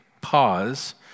Pause